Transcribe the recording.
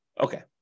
Okay